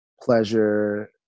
pleasure